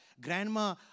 Grandma